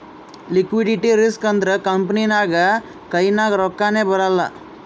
liquidity risk ಅಂದುರ್ company ನಾಗ್ ಕೈನಾಗ್ ರೊಕ್ಕಾನೇ ಬರಲ್ಲ